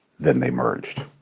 then they merged.